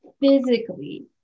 physically